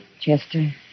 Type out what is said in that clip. Chester